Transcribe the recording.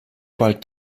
bald